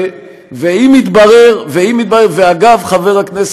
ואם יתברר, נתחיל בקבינט.